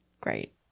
Great